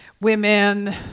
women